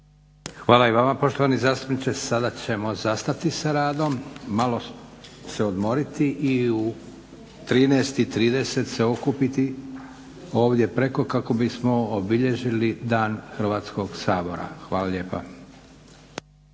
Hvala i vama poštovani zastupniče. Sada ćemo zastati sa radom, malo se odmoriti i u 13,30 se okupiti ovdje preko kako bismo obilježili Dan Hrvatskog sabora. Hvala lijepa.